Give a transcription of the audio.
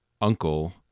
uncle